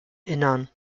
innern